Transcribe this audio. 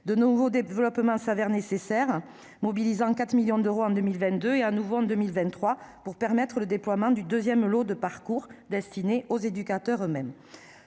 De nouveaux développements se révèlent nécessaires, mobilisant 4 millions d'euros en 2022 et, de nouveau, en 2023, pour permettre le déploiement du deuxième lot de Parcours, destiné aux éducateurs eux-mêmes.